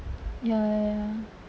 ya ya ya